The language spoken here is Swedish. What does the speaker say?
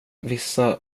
vissa